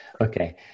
Okay